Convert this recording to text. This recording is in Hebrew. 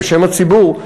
ובשם הציבור,